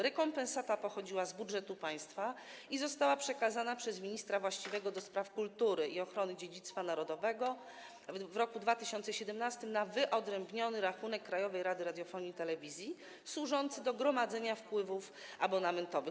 Rekompensata pochodziła z budżetu państwa i została przekazana przez ministra właściwego do spraw kultury i ochrony dziedzictwa narodowego w roku 2017 na wyodrębniony rachunek Krajowej Rady Radiofonii i Telewizji służący do gromadzenia wpływów abonamentowych.